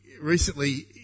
recently